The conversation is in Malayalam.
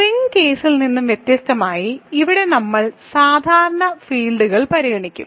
റിംഗ്സ് കേസിൽ നിന്ന് വ്യത്യസ്തമായി ഇവിടെ നമ്മൾ സാധാരണ ഫീൽഡുകൾ പരിഗണിക്കും